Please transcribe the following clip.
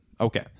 Okay